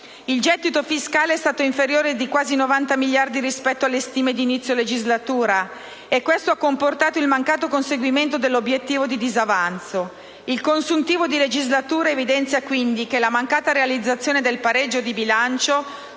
Il gettito fiscale è stato inferiore di quasi 90 miliardi rispetto alle stime di inizio legislatura, e questo ha comportato il mancato conseguimento dell'obiettivo di disavanzo. Il consuntivo di legislatura evidenzia, quindi, che la mancata realizzazione del pareggio di bilancio